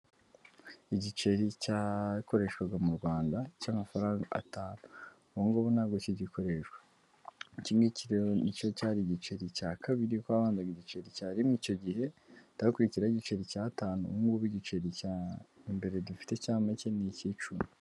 Igiceri cyakoreshwaga mu Rwanda cy'amafaranga atanu. Ubungubu ntabwo kigikoreshwa. Ikingiki rero nicyo cyari igiceri cya kabiri kuko habanzaga igiceri cya rimwe icyo gihe, hagahita hakurikiraho igiceri cy'atanu, Ubungubu igiceri cya mbere dufite cya make ni icy'icumi.